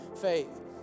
faith